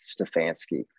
Stefanski